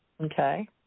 Okay